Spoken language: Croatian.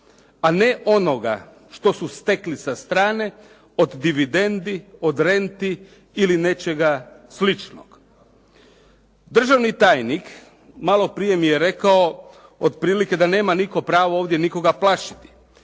a ne onoga što su stekli strane od dividendi, od renti ili nečega sličnog. Državni tajnik malo prije mi je rekao otprilike da nema nitko pravo ovdje nikog plašiti.